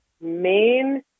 main